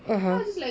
(uh huh)